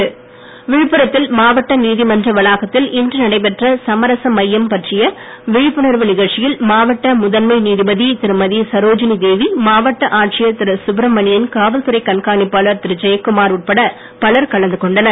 விழுப்புரம் விழுப்புரத்தில் மாவட்ட நீதிமன்ற வளாகத்தில் இன்று நடைபெற்ற சமரச மையம் பற்றிய விழிப்புணர்வு நிகழ்ச்சியில் மாவட்ட முதன்மை நீதிபதி திருமதி சரோஜினி தேவி மாவட்ட ஆட்சியர் திரு சுப்பிரமணியன் காவல்துறை கண்காணிப்பாளர் திரு ஜெயக்குமார் உட்பட பலர் கலந்து கொண்டனர்